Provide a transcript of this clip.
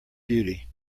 beauty